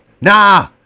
Nah